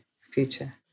future